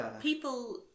People